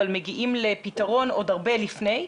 אבל מגיעים לפתרון עוד הרבה לפני,